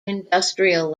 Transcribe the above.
industrial